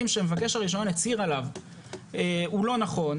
שמבקש הרישיון הצהיר עליו הוא לא נכון,